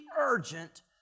urgent